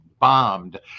bombed